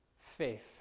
faith